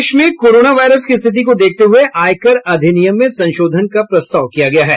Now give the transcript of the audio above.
देश में corona virus की स्थिति को देखते हुए आयकर अधिनियम में संशोधन का प्रस्ताव किया गया है